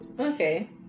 Okay